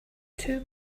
two